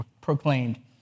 proclaimed